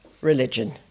religion